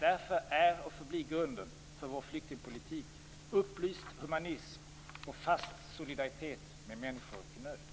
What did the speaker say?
Därför är och förblir grunden för vår flyktingpolitik upplyst humanism och fast solidaritet med människor i nöd.